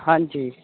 ਹਾਂਜੀ